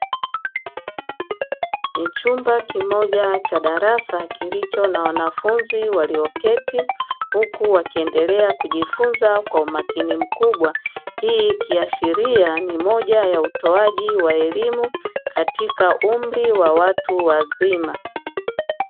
Chumba kimoja cha darasa kilicho na wanafunzi walioketi huku wakiendelea kujifunza kwa umakini mkubwa hii ikiashiria ni moja ya utoaji wa elimu katika umri wa watu wazima.